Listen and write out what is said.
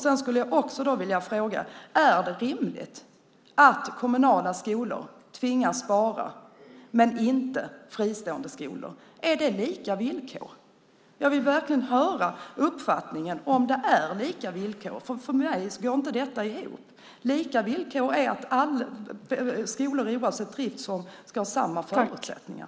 Jag skulle också vilja fråga: Är det rimligt att kommunala skolor tvingas spara men inte fristående skolor? Är det lika villkor? Jag vill verkligen höra uppfattningen om det är lika villkor. För mig går detta inte ihop. Lika villkor är att skolor oavsett driftsform ska ha samma förutsättningar.